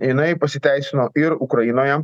jinai pasiteisino ir ukrainoje